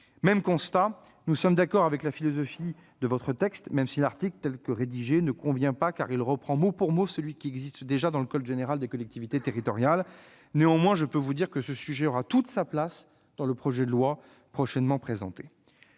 même constat : nous sommes d'accord avec la philosophie de votre texte, même si l'article, tel que rédigé, ne convient pas, car il reprend mot pour mot celui qui existe déjà dans le code général des collectivités territoriales. Néanmoins, je peux vous dire que ce sujet aura sa place dans le projet de loi prochainement présenté.